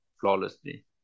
flawlessly